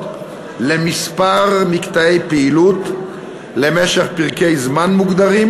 לכמה מקטעי פעילות למשך פרקי זמן מוגדרים.